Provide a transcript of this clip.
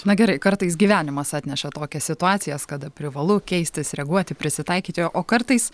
na gerai kartais gyvenimas atneša tokias situacijas kada privalu keistis reaguoti prisitaikyti o kartais